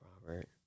Robert